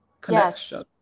connection